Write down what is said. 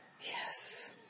Yes